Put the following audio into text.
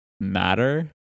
matter